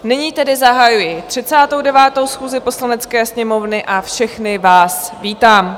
Nyní tedy zahajuji 39. schůzi Poslanecké sněmovny a všechny vás vítám.